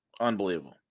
Unbelievable